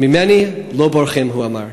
'ממני לא בורחים', הוא אמר.